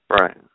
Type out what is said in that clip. Right